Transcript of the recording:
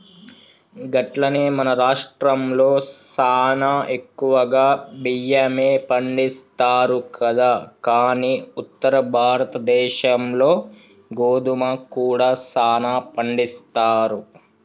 గట్లనే మన రాష్ట్రంలో సానా ఎక్కువగా బియ్యమే పండిస్తారు కదా కానీ ఉత్తర భారతదేశంలో గోధుమ కూడా సానా పండిస్తారు